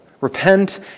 Repent